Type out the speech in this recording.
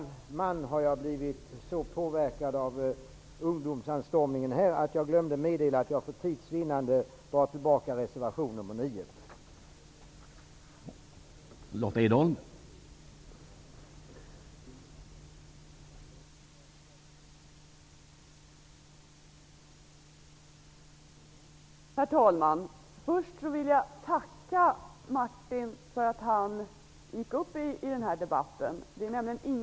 Som gammal man har jag blivit så påverkad av ungdomsanstormningen här att jag glömde meddela att jag för tids vinnande drar tillbaka mitt yrkande angående reservation nr 9.